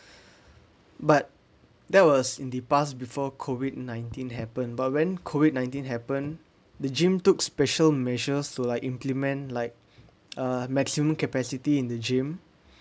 but that was in the past before COVID nineteen happen but when COVID nineteen happen the gym took special measures to like implement like uh maximum capacity in the gym